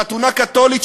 חתונה קתולית,